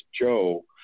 Joe